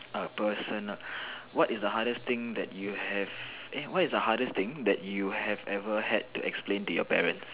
a personal what is the hardest thing that you have eh what is the hardest thing that you have ever had to explain to your parents